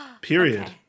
period